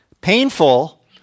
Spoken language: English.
Painful